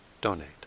donate